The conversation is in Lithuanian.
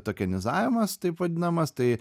tokenizavimas taip vadinamas tai